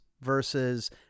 versus